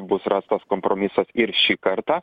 bus rastas kompromisas ir šį kartą